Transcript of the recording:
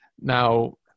now